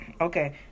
okay